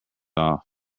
off